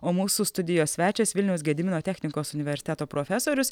o mūsų studijos svečias vilniaus gedimino technikos universiteto profesorius